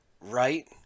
right